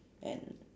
and